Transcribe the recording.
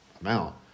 amount